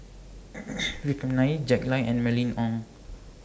Vikram Nair Jack Lai and Mylene Ong